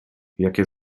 jakie